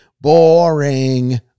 boring